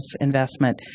investment